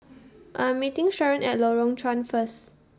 I'm meeting Sharon At Lorong Chuan First